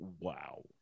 wow